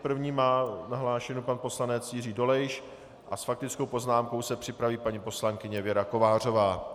První má nahlášenou pan poslanec Jiří Dolejš a s faktickou poznámkou se připraví paní poslankyně Věra Kovářová.